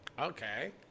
Okay